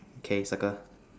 okay circle